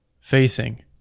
facing